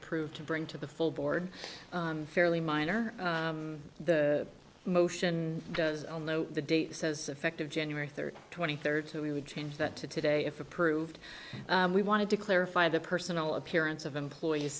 approved to bring to the full board fairly minor the motion does know the date says fact of january third twenty third so we would change that to today if approved we wanted to clarify the personal appearance of employees